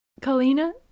Kalina